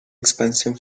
expansión